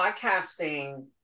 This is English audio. podcasting